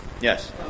Yes